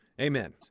Amen